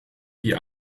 die